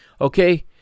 Okay